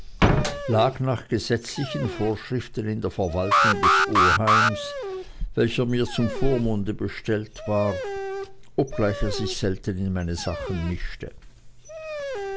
lag nach gesetzlichen vorschriften in der verwaltung des oheims welcher mir zum vormunde bestellt war obgleich er sich selten im meine sachen mischte